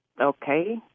Okay